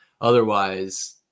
otherwise